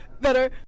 better